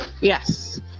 Yes